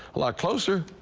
a lot closer.